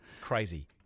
crazy